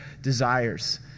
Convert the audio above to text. desires